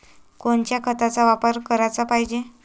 कोनच्या खताचा वापर कराच पायजे?